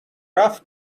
rough